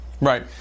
Right